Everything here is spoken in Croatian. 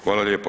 Hvala lijepa.